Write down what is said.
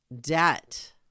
debt